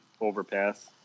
overpass